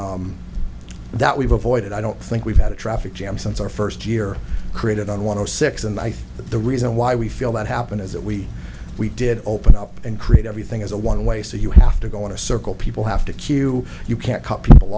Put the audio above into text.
in that we've avoided i don't think we've had a traffic jam since our first year created on want to six and i think the reason why we feel that happened is that we we did open up and create everything as a one way so you have to go in a circle people have to queue you can't cut people